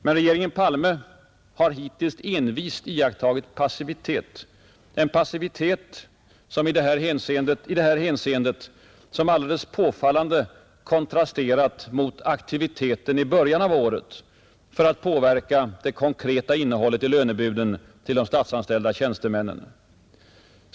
Men regeringen Palme har hittills envist iakttagit passivitet, en passivitet som i det här hänseendet alldeles påfallande kontrasterat mot aktiviteten i början av året för att påverka det konkreta innehållet i lönebuden till de statsanställda tjänstemännen.